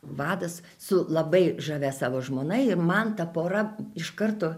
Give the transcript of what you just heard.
vadas su labai žavia savo žmona ir man ta pora iš karto